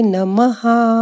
Namaha